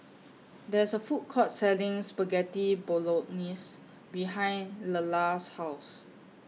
There IS A Food Court Selling Spaghetti Bolognese behind Lelar's House